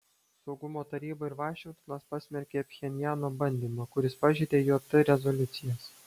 saugumo taryba ir vašingtonas pasmerkė pchenjano bandymą kuris pažeidė jt rezoliucijas